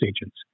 agents